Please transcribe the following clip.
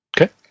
Okay